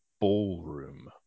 ballroom